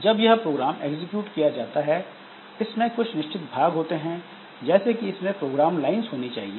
जब यह program execute किया जाता है इसमें कुछ निश्चित भाग होते हैं जैसे कि इसमें प्रोग्राम लाइंस होनी चाहिए